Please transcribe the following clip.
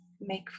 make